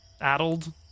addled